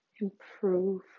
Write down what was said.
improve